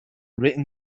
written